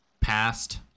past